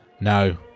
No